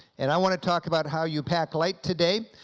and i want to talk about how you pack light today,